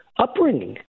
Upbringing